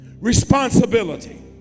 Responsibility